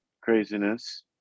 craziness